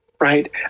right